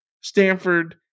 Stanford